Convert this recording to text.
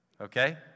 Okay